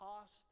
cost